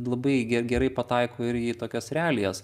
labai ge gerai pataiko ir į tokias realijas